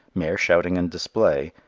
mere shouting and display,